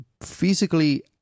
physically